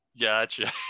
Gotcha